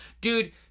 Dude